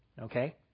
Okay